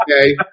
okay